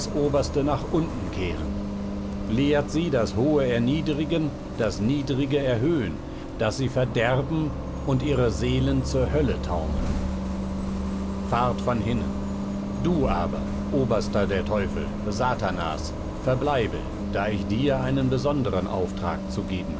oberste nach unten kehren lehrt sie das hohe erniedrigen das niedrige erhöhen daß sie verderben und ihre seelen zur hölle taumeln fahrt von hinnen du aber oberster der teufel satanas verbleibe da ich dir einen besonderen auftrag zu geben